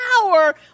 power